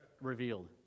revealed